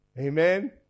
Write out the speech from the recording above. Amen